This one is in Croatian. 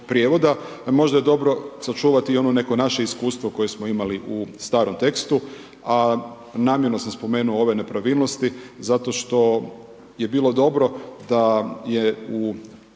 možda je dobro sačuvati i ono neko naše iskustvo koje smo imali u starom tekstu, a namjerno sam spomenuo ove nepravilnosti zato što je bilo dobro da je u